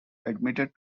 admitted